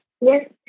Yes